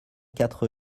quatre